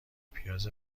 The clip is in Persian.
پیاز